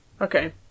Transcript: Okay